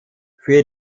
für